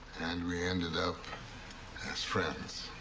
and we ended up as friends.